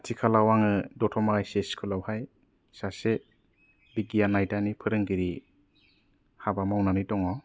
आथिखालाव आङो दतमा ओइस एस स्कुलावहाय सासे बिगियान आयदानि फोरोंगिरि हाबा मावनानै दङ